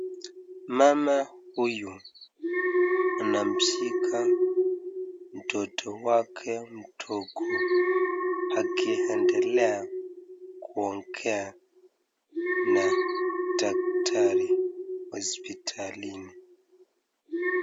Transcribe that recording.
Mama huyu anamshika mtoto wake mdogo akiendelea kuongea na daktari hositalini.